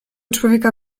człowieka